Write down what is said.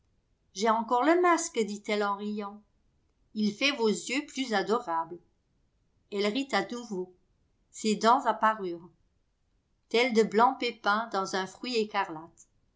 j'ai encore le masque dit-elle en riant il fait vos yeux plus adorables elle rit à nouveau ses dents apparurent tels de blancs pépins dans un fruit écarlate